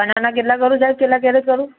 banana કેટલાં કરું સાહેબ કેટલા કેરેટ કરું